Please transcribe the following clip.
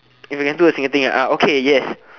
if I can do a single thing okay yes